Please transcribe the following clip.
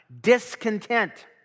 discontent